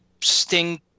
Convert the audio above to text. Sting